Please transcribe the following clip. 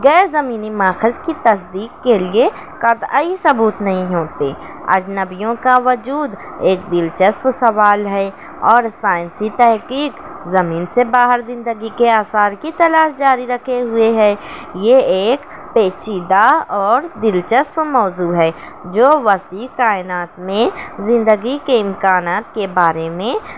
غیرزمینی ماخذ کی تصدیق کے لیے قطعی ثبوت نہیں ہوتی اجنبیوں کا وجود ایک دلچسپ سوال ہے اور سائنسی تحقیق زمین سے باہر زندگی کے آثار کی تلاش جاری رکھے ہوئے ہے یہ ایک پیچیدہ اور دلچسپ موضوع ہے جو وسیع کائنات میں زندگی کے امکانات کے بارے میں